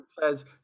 says